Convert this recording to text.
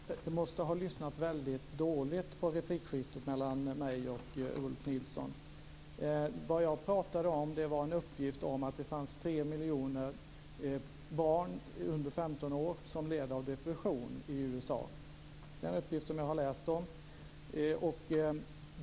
Fru talman! Yvonne Ruwaida måste ha lyssnat väldigt dåligt på replikskiftet mellan mig och Ulf Nilsson. Vad jag pratade om var en uppgift om att det fanns tre miljoner barn under 15 år som led av depression i USA. Det är en uppgift som jag har läst om.